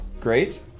great